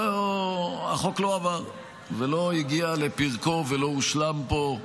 החוק לא עבר ולא הגיע לפרקו ולא הושלם פה,